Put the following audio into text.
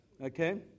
Okay